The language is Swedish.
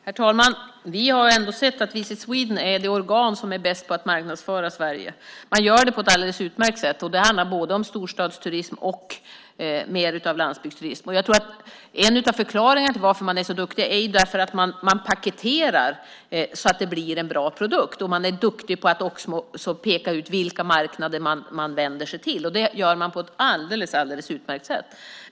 Herr talman! Vi har ändå sett att Visit Sweden är det organ som är bäst på att marknadsföra Sverige. Man gör det på ett alldeles utmärkt sätt. Det handlar både om storstadsturism och om mer av landsbygdsturism. Jag tror att en av förklaringarna till att man är så duktig är att man paketerar så att det blir en bra produkt. Man är också duktig på att peka ut vilka marknader man vänder sig till. Det gör man på ett alldeles utmärkt sätt.